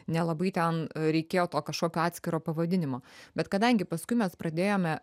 nelabai ten reikėjo to kažkokio atskiro pavadinimo bet kadangi paskui mes pradėjome